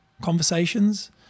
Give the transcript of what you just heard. conversations